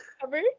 cover